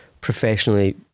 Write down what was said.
professionally